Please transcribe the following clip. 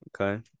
Okay